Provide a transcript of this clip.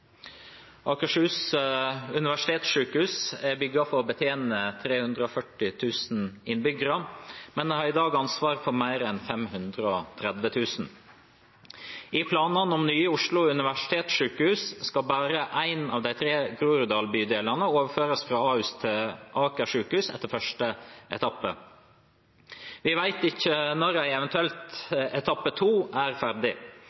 for å betjene 340 000 innbyggere, men har i dag ansvaret for mer enn 530 000. I planene om Nye Oslo universitetssykehus skal bare én av tre Groruddalen-bydeler overføres fra Ahus til Aker sykehus etter første etappe. Vi vet ikke når en eventuell etappe 2 er ferdig.